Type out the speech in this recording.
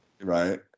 Right